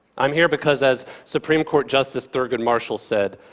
i'm here because as supreme court justice thurgood marshall said,